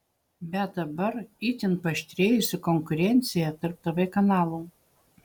bet dabar itin paaštrėjusi konkurencija tarp tv kanalų